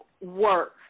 work